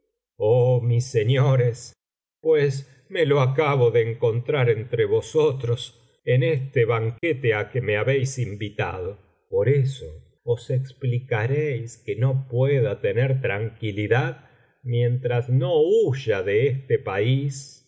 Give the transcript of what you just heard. oh mis señores pues me lo acabo de encontrar entre vosotros en este banquete á que me habéis invitado por eso os explicaréis que no pueda tener tranquilidad mientras no huya de este país